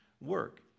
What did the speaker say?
work